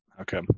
Okay